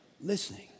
listening